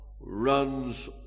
runs